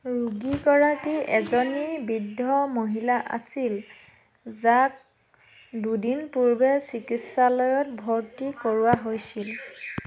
ৰোগীগৰাকী এজনী বৃদ্ধ মহিলা আছিল যাক দুদিন পূৰ্বে চিকিৎসালয়ত ভৰ্তি কৰোৱা হৈছিল